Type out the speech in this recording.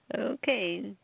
Okay